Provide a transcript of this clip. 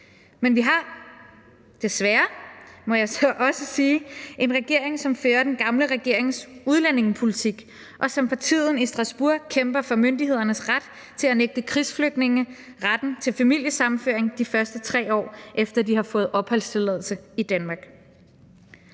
jeg så også sige, en regering, som fører den gamle regerings udlændingepolitik, og som for tiden i Strasbourg kæmper for myndighedernes ret til at nægte krigsflygtninge retten til familiesammenføring, de første 3 år efter de har fået opholdstilladelse i Danmark.